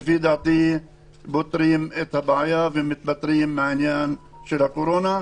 לפי דעתי פותרים את הבעיה ומתפטרים מהעניין של הקורונה.